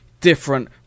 different